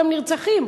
גם נרצחים.